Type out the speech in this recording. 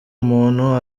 umuntu